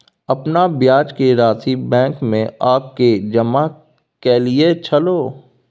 अपन ब्याज के राशि बैंक में आ के जमा कैलियै छलौं?